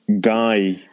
guy